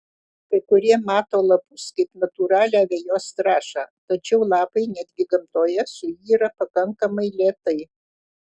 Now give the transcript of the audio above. kai kurie mato lapus kaip natūralią vejos trąšą tačiau lapai netgi gamtoje suyra pakankamai lėtai